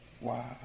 wow